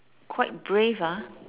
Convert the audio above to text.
quite brave ah